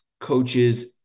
coaches